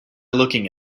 looking